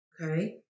Okay